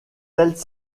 tels